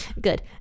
Good